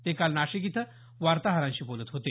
ते काल नाशिक इथं वार्ताहरांशी बोलत होते